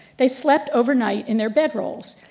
they slept overnight in their bed rolls.